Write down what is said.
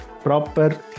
Proper